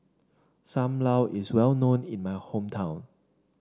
Sam Lau is well known in my hometown